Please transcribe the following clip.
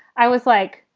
i was like,